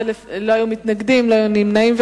לא היו מתנגדים ולא היו נמנעים.